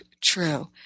true